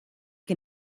que